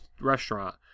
restaurant